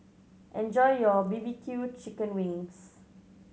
enjoy your B B Q chicken wings